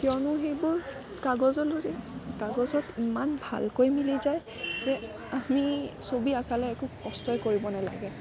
কিয়নো সেইবোৰ কাগজৰ লগত কাগজত ইমান ভালকৈ মিলি যায় যে আমি ছবি আকোঁতে একো কষ্টই কৰিব নালাগে